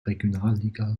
regionalliga